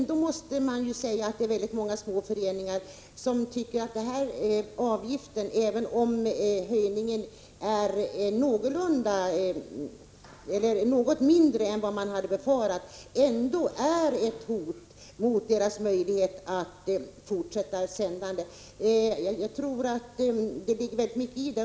Det är många små föreningar som tycker att avgiften, även om höjningen blev något mindre än man hade befarat, är ett hot mot deras möjligheter att fortsätta sända. Jag tror att det ligger mycket i det.